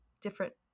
different